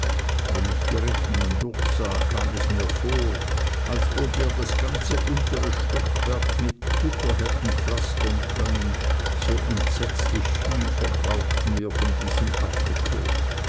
wenn ich die rechnungen durchsah kam es mir vor als ob wir das ganze untere stockwerk mit butter hätten pflastern können so entsetzlich viel verbrauchten wir von diesem artikel